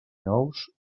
nous